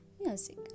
music